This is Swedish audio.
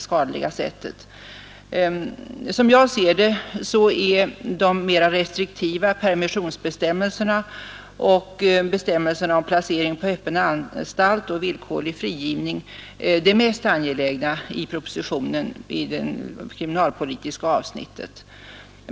Som jag ser det är de mera restriktiva permissionsbestämmelserna, bestämmelserna om placering på öppen anstalt och om villkorlig frigivning det mest angelägna i propositionen i dess kriminalpolitiska avsnitt.